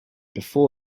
before